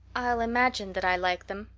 i'll imagine that i like them,